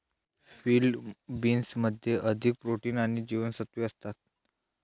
field बीन्समध्ये अधिक protein आणि जीवनसत्त्वे असतात